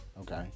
Okay